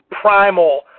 primal